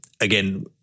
again